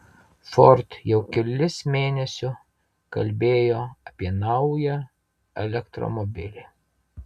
ford jau kelis mėnesiu kalbėjo apie naują elektromobilį